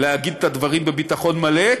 להגיד את הדברים בביטחון מלא,